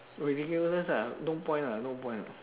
ridiculous ah no point lah no point lah